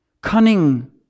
cunning